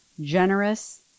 generous